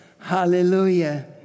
Hallelujah